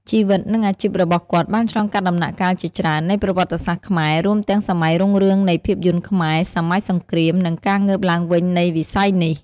ជីវិត និងអាជីពរបស់គាត់បានឆ្លងកាត់ដំណាក់កាលជាច្រើននៃប្រវត្តិសាស្ត្រខ្មែរ រួមទាំងសម័យរុងរឿងនៃភាពយន្តខ្មែរ សម័យសង្រ្គាម និងការងើបឡើងវិញនៃវិស័យនេះ។